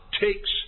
takes